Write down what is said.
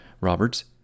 Roberts